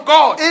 God